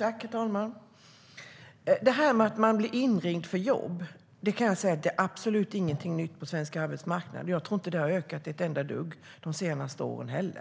Herr talman! Detta med att man blir inringd för jobb är absolut inget nytt på svensk arbetsmarknad, och jag tror inte heller att det har ökat ett dugg under de senaste åren.